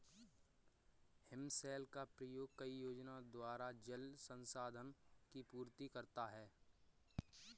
हिमशैल का उपयोग कई योजनाओं द्वारा जल संसाधन की पूर्ति करता है